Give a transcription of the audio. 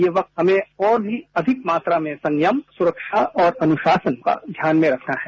ये वक्त हमें और भी अधिक मात्रा में संयम सुरक्षा और अनुशासन का ध्यान में रखना है